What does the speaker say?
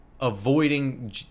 avoiding